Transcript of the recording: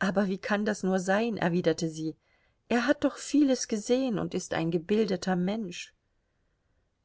aber wie kann das nur sein erwiderte sie er hat doch vieles gesehen und ist ein gebildeter mensch